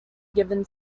given